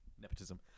Nepotism